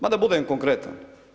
Ma da budem konkretan.